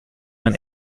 man